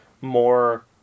more